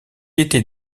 était